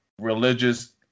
religious